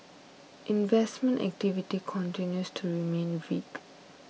investment activity continues to remain weak